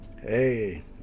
hey